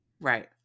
Right